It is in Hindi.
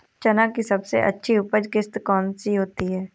चना की सबसे अच्छी उपज किश्त कौन सी होती है?